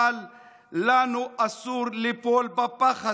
אבל לנו אסור ליפול בפח הזה.